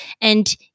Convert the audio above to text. And-